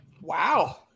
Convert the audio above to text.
Wow